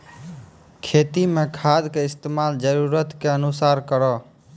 खेती मे खाद के इस्तेमाल जरूरत के अनुसार करऽ